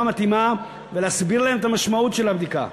מתאימה ולהסביר להם את המשמעות של הבדיקה.